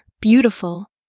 beautiful